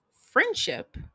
friendship